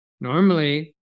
Normally